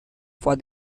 for